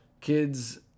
Kid's